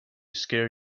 scare